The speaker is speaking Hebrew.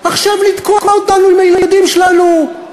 עכשיו לתקוע אותנו עם הילדים שלנו?